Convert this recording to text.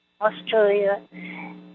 Australia